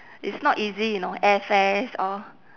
it's not easy you know air fares all